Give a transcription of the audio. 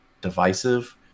divisive